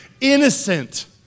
innocent